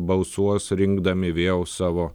balsuos rinkdami vėl savo